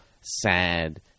sad